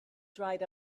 dried